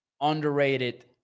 underrated